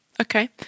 Okay